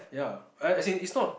ya I as in it's not